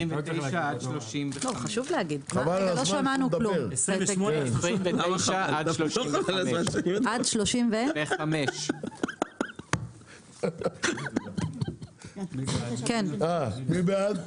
29 עד 35. מי בעד?